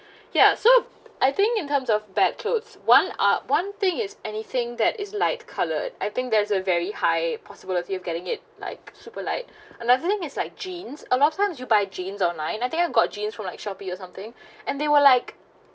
ya so I think in terms of bad clothes one ah one thing is anything that is like coloured I think there is a very high possibility of getting it like super like another thing is like jeans a lot of times you buy jeans online I think I got jeans from like Shopee or something and they were like